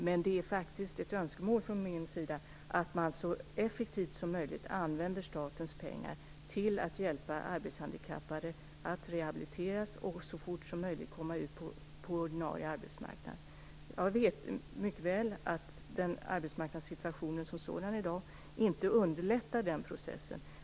Men det är ett önskemål att man så effektivt som möjligt använder statens pengar till att hjälpa arbetshandikappade att rehabiliteras och så fort som möjligt komma ut på ordinarie arbetsmarknad. Jag vet mycket väl att arbetsmarknadssituationen som sådan i dag inte underlättar den processen.